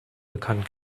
bekannt